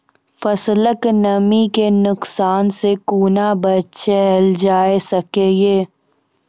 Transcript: फसलक नमी के नुकसान सॅ कुना बचैल जाय सकै ये?